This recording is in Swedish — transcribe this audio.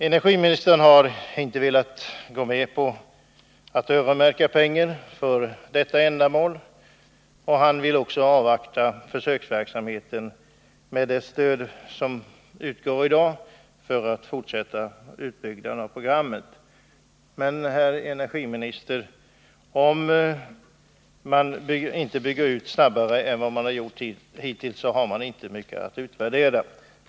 Energiministern har inte velat gå med på att öronmärka pengar för detta ändamål, och han vill också avvakta försöksverksamheten med det stöd som i dag utgår för den fortsatta utbyggnaden av programmet. Men, herr energiminister, om man inte bygger ut snabbare än vad man har gjort hittills, kommer man inte att ha mycket att utvärdera.